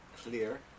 clear